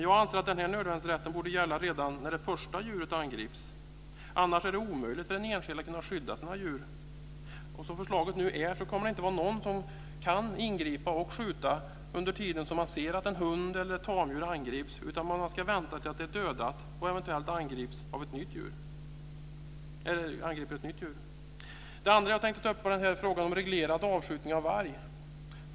Jag anser att denna nödvärnsrätt borde gälla redan när det första djuret angrips. Annars är det omöjligt för en enskild att skydda sina djur. Som förslaget nu är kommer det inte att vara någon som kan ingripa och skjuta under tiden som man ser att en hund eller ett tamdjur angrips, utan man ska vänta tills djuret är dödat och rovdjuret eventuellt angriper ett nytt djur. Den andra saken gäller en reglerad avskjutning av varg.